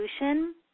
solution